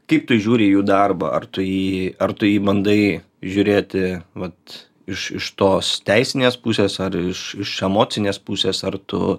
kaip tu žiūri į jų darbą ar tu jį ar tu jį bandai žiūrėti vat iš iš tos teisinės pusės ar iš iš emocinės pusės ar tu